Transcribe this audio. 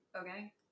okay